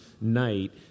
night